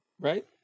Right